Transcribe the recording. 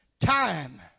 time